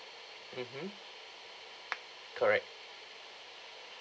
mmhmm correct